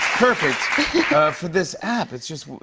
perfect for this app. it's just